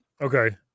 Okay